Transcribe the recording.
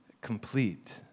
complete